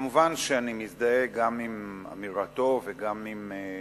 מובן שאני מזדהה גם עם אמירתו וגם עם,